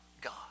God